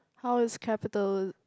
how's capital